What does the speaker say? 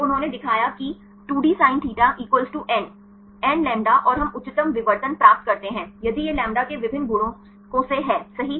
तो उन्होंने दिखाया कि तो 2d sinθ n nλ और हम उच्चतम विवर्तन प्राप्त करते हैं यदि यह लैम्ब्ड के अभिन्न गुणकों से है सही